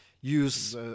use